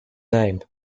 name